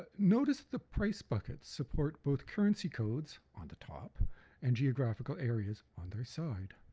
ah notice the price buckets support both currency codes on the top and geographical areas on their side.